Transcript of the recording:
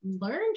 learned